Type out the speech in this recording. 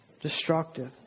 destructive